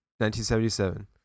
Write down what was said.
1977